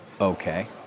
Okay